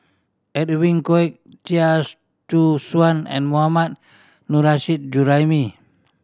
Edwin Koek Chia Choo Suan and Mohammad Juraimi